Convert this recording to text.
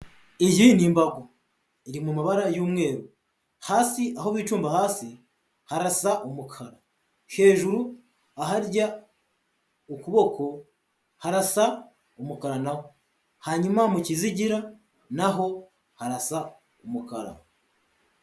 Iyi ni imbago iri mu mabara y'umweru, hasi aho bicumba hasi harasa umukara, hejuru ahajya ukuboko harasa umukara n'aho, hanyuma mu kijigira n'aho harasa umukara.